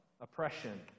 oppression